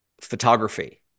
photography